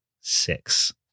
six